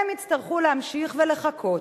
הם יצטרכו להמשיך ולחכות,